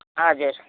हजुर